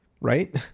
right